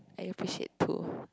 I appreciate too